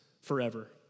forever